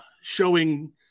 showing